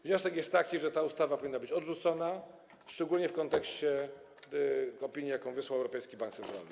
Wniosek jest taki, że ta ustawa powinna być odrzucona, szczególnie w kontekście opinii, jaką wysłał Europejski Bank Centralny.